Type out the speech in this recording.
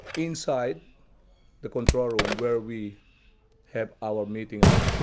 inside the control room where we have our meeting up,